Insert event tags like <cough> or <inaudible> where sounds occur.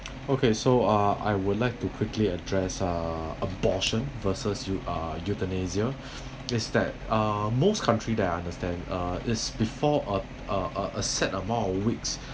okay so uh I would like to quickly address uh abortion versus eu~ uh euthanasia <breath> is that uh most country that I understand uh is before a a a set amount of weeks